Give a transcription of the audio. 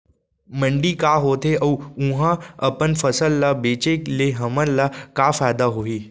मंडी का होथे अऊ उहा अपन फसल ला बेचे ले हमन ला का फायदा होही?